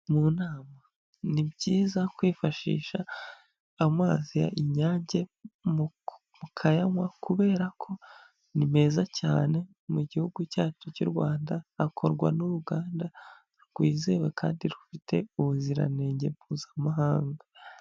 Mu nama ni byiza kwifashisha amazi y'inyange mukayanywa kubera ko ni meza cyane mu gihugu cyacu cy'u rwanda, akorwa n'uruganda rwizewe kandi rufite ubuziranenge mpuzamahanga.